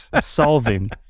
Solving